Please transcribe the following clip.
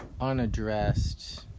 unaddressed